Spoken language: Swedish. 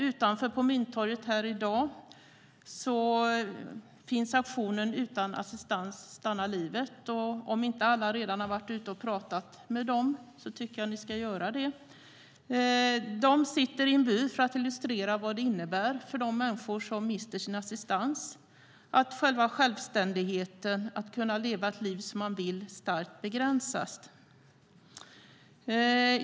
Utanför på Mynttorget pågår i dag aktionen Utan assistans stannar livet. Om inte alla redan har varit ute och pratat med dem tycker jag att ni ska göra det. De sitter i en bur för att illustrera vad det innebär för människor att mista sin assistans. Självständigheten att leva det liv som man vill begränsas starkt.